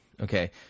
okay